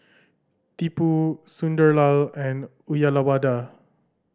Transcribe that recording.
Tipu Sunderlal and Uyyalawada